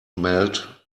melt